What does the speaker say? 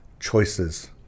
choices